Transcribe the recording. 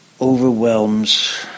overwhelms